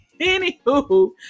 Anywho